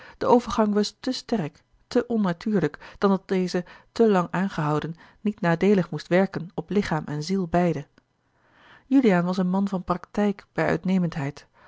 de overgang was te sterk te onnatuurlijk dan dat deze te lang aangehouden niet nadeelig moest werken op lichaam en ziel beide juliaan was een man van praktijk bij